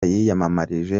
yiyamamarije